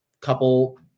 couple –